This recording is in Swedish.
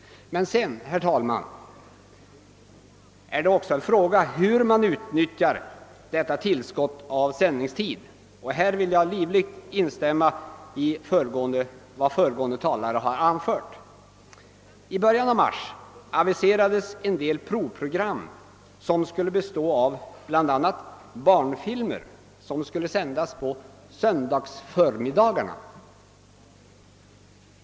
Sedan, herr talman, är det emellertid fråga om hur man utnyttjar detta tillskott av sändningstid. Härvidlag vill jag livligt instämma i vad föregående talare har anfört. I början av mars aviserades en del provprogram, bl.a. barnfilmer, som skulle sändas på söndagsförmiddagarna.